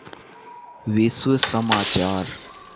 विश्व समाचार